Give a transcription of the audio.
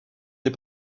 est